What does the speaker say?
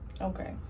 Okay